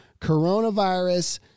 coronavirus